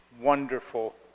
wonderful